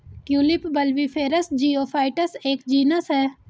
tulip bulbiferous geophytes का एक genus है